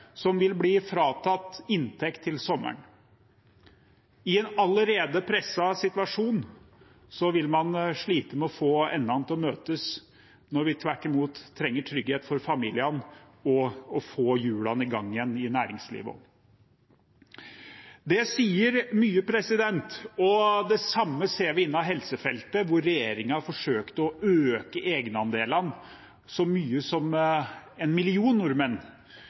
som vil bli fratatt inntekt til sommeren. I en allerede presset situasjon vil man slite med å få endene til å møtes når vi tvert imot trenger trygghet for familiene og å få hjulene i gang igjen i næringslivet. Det sier mye. Det samme ser vi innen helsefeltet hvor regjeringen forsøkte å øke egenandelene. Så mye som 1 million